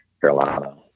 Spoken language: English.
Carolina